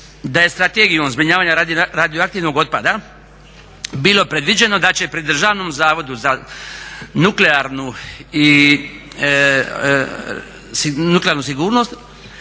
da je Strategijom zbrinjavanja radioaktivnog otpada bilo predviđeno da će pri Državnom zavodu za nuklearnu,